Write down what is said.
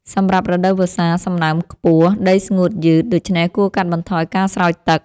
សម្រាប់រដូវវស្សា សំណើមខ្ពស់ ដីស្ងួតយឺត ដូច្នេះគួរកាត់បន្ថយការស្រោចទឹក។